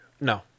No